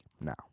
now